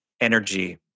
energy